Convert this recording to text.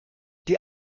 die